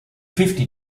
fifty